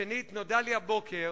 שתיים, נודע לי הבוקר